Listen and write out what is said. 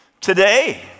Today